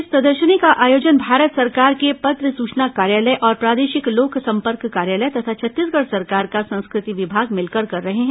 इस प्रदर्शनी का आयोजन भारत सरकार के पत्र सूचना कार्यालय और प्रादेशिक लोकसंपर्क कार्यालय तथा छत्तीसगढ सरकार का संस्कृति विमाग मिलकर कर रहे हैं